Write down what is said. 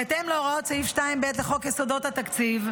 "בהתאם להוראות סעיף 2(ב) לחוק יסודות התקציב,